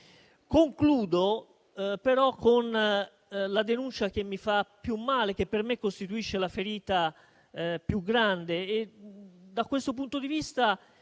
Concludo però con la denuncia che mi fa più male e che per me costituisce la ferita più grande.